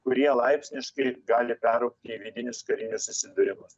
kurie laipsniškai gali peraugti į vidinius karinius susidūrimus